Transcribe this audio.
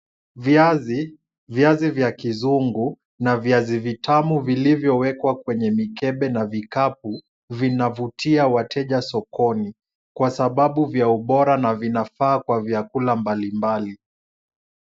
Viazi, viazi vya kizungu na viazi vitamu vilivyowekwa kwenye mikebe na vikapu vinavutia wateja sokoni kwa sababu vya ubora na vinafaa kwa vyakula mbalimbali.